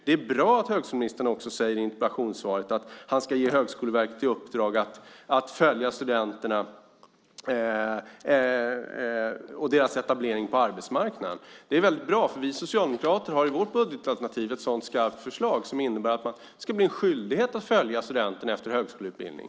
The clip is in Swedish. Det är bra att högskoleministern också säger i interpellationssvaret att han ska ge Högskoleverket i uppdrag att följa studenterna och deras etablering på arbetsmarknaden. Det är väldigt bra. Vi socialdemokrater har i vårt budgetalternativ ett sådant skarpt förslag som innebär att det blir en skyldighet att följa studenterna efter högskoleutbildning.